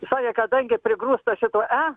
sakė kadangi prigrūsta šitų e